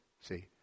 See